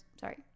sorry